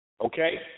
okay